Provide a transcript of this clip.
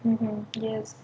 mmhmm yes